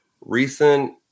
recent